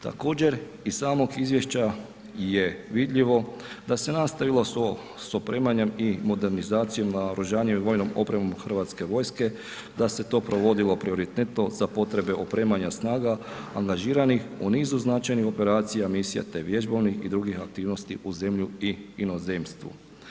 Također iz samog izvješća je vidljivo da se nastavilo sa opremanjem i modernizacijom naoružanja vojnom opremom Hrvatske vojske, da se to provodilo prioritetno za potrebe opremanja snaga angažiranih u nizu značajnih operacija, misija te vježbovnih i drugih aktivnosti u zemlji i inozemstvu.